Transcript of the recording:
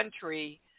country